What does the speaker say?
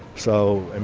so, and